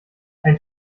ein